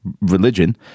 religion